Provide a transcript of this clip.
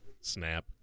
snap